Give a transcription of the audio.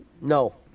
No